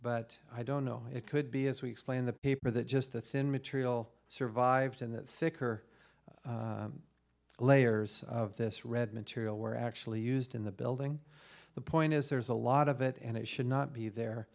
but i don't know it could be as we explain the paper that just the thin material survived in the thicker layers of this red material were actually used in the building the point is there's a lot of it and it should not be there